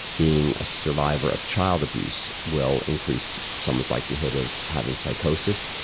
being a survivor of child abuse will increase someone's likelihood of having psychosis.